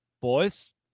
Boys